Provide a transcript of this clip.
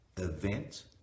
event